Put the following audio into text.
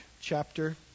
chapter